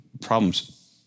problems